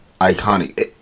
iconic